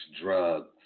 drugs